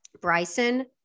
Bryson